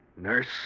nurse